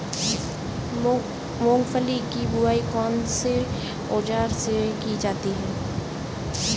मूंगफली की बुआई कौनसे औज़ार से की जाती है?